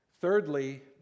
Thirdly